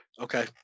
Okay